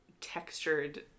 textured